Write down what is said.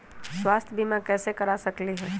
स्वाथ्य बीमा कैसे करा सकीले है?